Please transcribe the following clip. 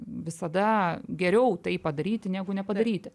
visada geriau tai padaryti negu nepadaryti